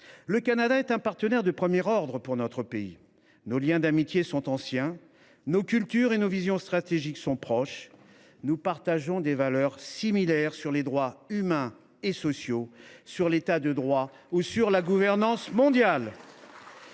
le Canada est un partenaire de premier ordre pour notre pays. Nos liens d’amitié sont anciens, nos cultures et nos visions stratégiques sont proches, nous partageons des valeurs similaires sur les droits humains et sociaux, sur l’État de droit ou encore sur la gouvernance mondiale.